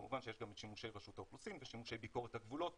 כמובן שיש גם את שימושי רשות האוכלוסין ושימושי ביקורת הגבולות